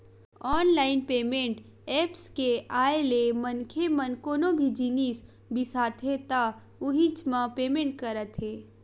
online payment apps के आए ले मनखे मन कोनो भी जिनिस बिसाथे त उहींच म पेमेंट करत हे